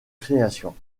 créations